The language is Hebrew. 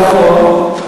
נכון.